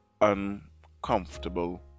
uncomfortable